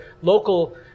local